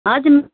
हजुर